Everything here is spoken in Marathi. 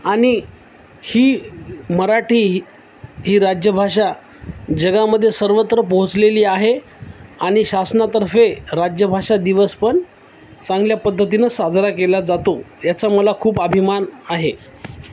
आणि ही मराठी ही राज्यभाषा जगामध्ये सर्वत्र पोहोचलेली आहे आणि शासनातर्फे राज्यभाषा दिवस पण चांगल्या पद्धतीनं साजरा केला जातो याचा मला खूप अभिमान आहे